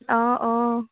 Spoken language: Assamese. অঁ অঁ